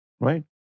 Right